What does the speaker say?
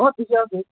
অঁ ঠিকে আছে